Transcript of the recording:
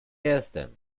jestem